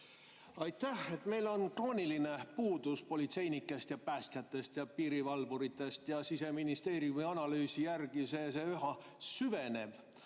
Aitäh! Meil on krooniline puudus politseinikest, päästjatest ja piirivalvuritest, Siseministeeriumi analüüsi järgi see üha süveneb.